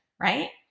right